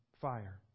fire